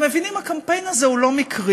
אתם מבינים, הקמפיין הזה הוא לא מקרי.